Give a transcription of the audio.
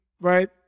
right